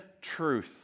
truth